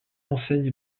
enseigne